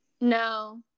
no